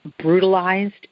brutalized